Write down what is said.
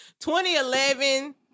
2011